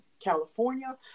California